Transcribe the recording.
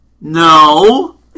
No